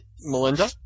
Melinda